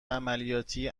عملیاتی